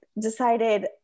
decided